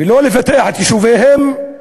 ולא לפתח את יישוביהם,